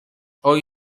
hoy